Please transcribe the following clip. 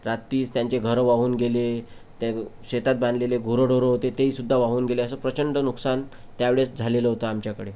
रात्रीस त्यांचे घरं वाहून गेले त्या शेतात बांधलेले गुरंढोरं होते ते ही सुद्धा वाहून गेले असं प्रचंड नुकसान त्या वेळेस झालेलं होतं आमच्याकडे